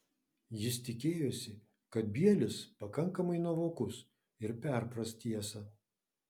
jis tikėjosi kad bielis pakankamai nuovokus ir perpras tiesą